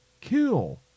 kill